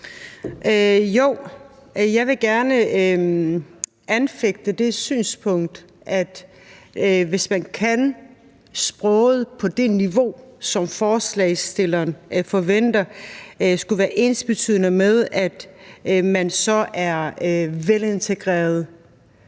Men jeg vil gerne anfægte det synspunkt, at hvis man kan sproget på det niveau, som ordføreren for forslagsstillerne forventer, så er det ensbetydende med, at man er velintegreret.